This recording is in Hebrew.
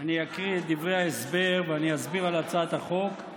אני אקריא את דברי ההסבר ואני אסביר על הצעת החוק.